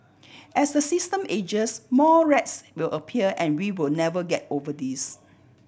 as the system ages more rats will appear and we will never get over this